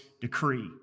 decree